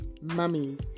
Mummies